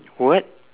what